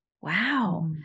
wow